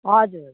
हजुर